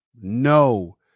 no